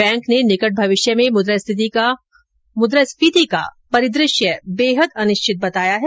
bank ने निकट भविष्य में मुद्रास्फिति को परिदृश्य बेहद अनिश्चित बताया है